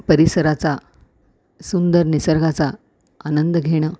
परिसराचा सुंदर निसर्गाचा आनंद घेणं